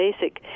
basic